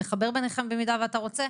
נחבר ביניכם במידה ואתה רוצה.